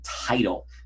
title